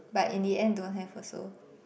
but in the end don't have also